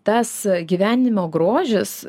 tas gyvenimo grožis